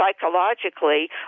psychologically